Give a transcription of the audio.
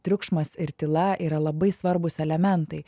triukšmas ir tyla yra labai svarbūs elementai